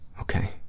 Okay